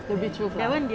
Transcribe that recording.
to be truthful lah